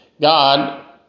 God